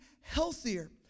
healthier